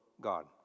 God